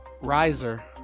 Riser